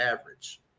average